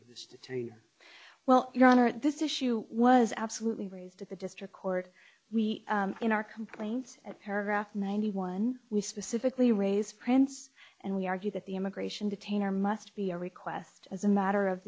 detainees well your honor at this issue was absolutely raised at the district court we in our complaint at paragraph ninety one we specifically raise prince and we argue that the immigration detainer must be a request as a matter of